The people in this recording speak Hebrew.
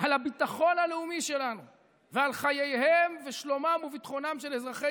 על הביטחון הלאומי שלנו ועל חייהם ושלומם וביטחונם של אזרחי